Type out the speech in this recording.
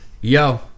Yo